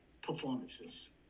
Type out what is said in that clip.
performances